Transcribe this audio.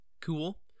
Cool